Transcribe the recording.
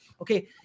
Okay